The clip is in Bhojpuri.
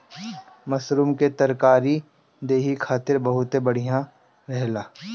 मशरूम के तरकारी देहि खातिर बहुते बढ़िया रहेला